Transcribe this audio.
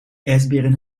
ijsberen